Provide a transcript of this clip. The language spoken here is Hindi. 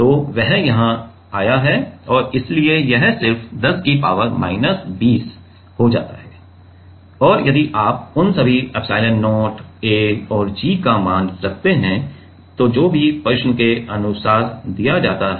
तो वह यहाँ आया है और इसीलिए यह सिर्फ 10 की पावर माइनस 20 हो जाता है और यदि आप उन सभी एप्सिलॉन0 A और g का मान रखते हैं तो जो भी प्रश्न के अनुसार दिया जाता है